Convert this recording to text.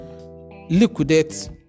liquidate